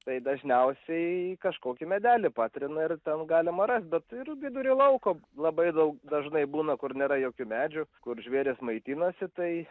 tai dažniausiai į kažkokį medelį patrina ir ten galima rast bet ir vidury lauko labai daug dažnai būna kur nėra jokių medžių kur žvėrys maitinasi tai